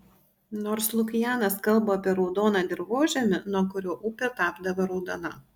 nors lukianas kalba apie raudoną dirvožemį nuo kurio upė tapdavo raudona